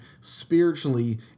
spiritually